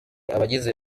abagize